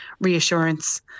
reassurance